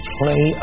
play